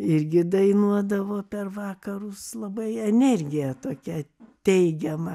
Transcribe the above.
irgi dainuodavo per vakarus labai energija tokia teigiama